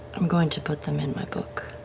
i'm going to put them in my book.